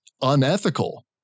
unethical